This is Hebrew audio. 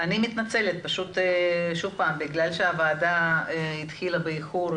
אני מתנצלת שהוועדה החלה באיחור,